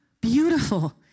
beautiful